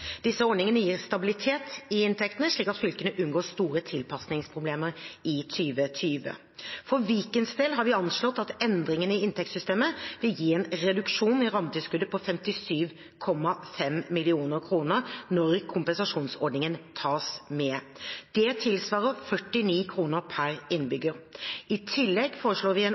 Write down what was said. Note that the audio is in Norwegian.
Disse ordningene gir stabilitet i inntektene, slik at fylkene unngår store tilpasningsproblemer i 2020. For Vikens del har vi anslått at endringene i inntektssystemet vil gi en reduksjon i rammetilskuddet på 57,5 mill. kr når kompensasjonsordningen tas med. Det tilsvarer 49 kr per innbygger. I tillegg foreslår vi en